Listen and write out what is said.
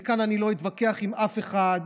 וכאן אני לא אתווכח עם אף אחד,